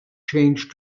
change